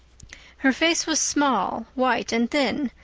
her face was small, white and thin,